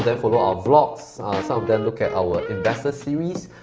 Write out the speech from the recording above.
them follow our vlogs, some of them look at our investors series,